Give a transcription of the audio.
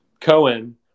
Cohen